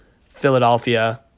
Philadelphia